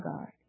God